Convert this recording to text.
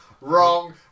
wrong